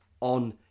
on